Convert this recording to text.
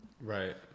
Right